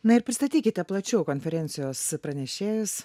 na ir pristatykite plačiau konferencijos pranešėjus